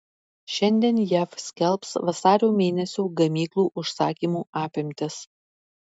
šiandien jav skelbs vasario mėnesio gamyklų užsakymų apimtis